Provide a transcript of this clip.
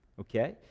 Okay